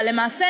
אבל למעשה,